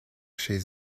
chez